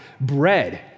bread